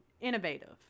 innovative